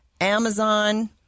Amazon